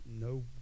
no